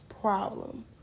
problem